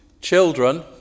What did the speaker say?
children